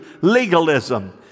legalism